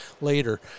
later